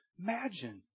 Imagine